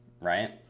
right